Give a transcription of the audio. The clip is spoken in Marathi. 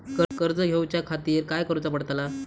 कर्ज घेऊच्या खातीर काय करुचा पडतला?